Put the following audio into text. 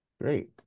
Great